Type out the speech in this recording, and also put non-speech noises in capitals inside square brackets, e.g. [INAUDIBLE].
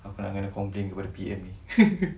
aku nak kene complain kepada P_M eh [LAUGHS]